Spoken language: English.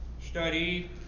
study